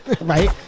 Right